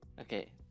Okay